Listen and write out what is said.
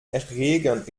erregern